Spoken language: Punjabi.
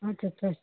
ਅੱਛਾ ਅੱਛਾ